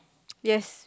yes